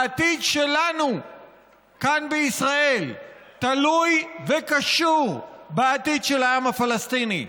העתיד שלנו כאן בישראל תלוי וקשור בעתיד של העם הפלסטיני.